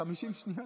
ב-50 שניות,